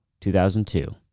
2002